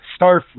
Starfleet